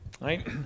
right